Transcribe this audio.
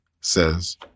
says